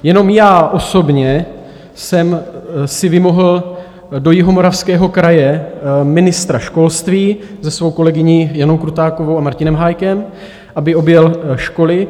Jenom já osobně jsem si vymohl do Jihomoravského kraje ministra školství se svou kolegyní Janou Krutákovou a Martinem Hájkem, aby objel školy.